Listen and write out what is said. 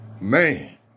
man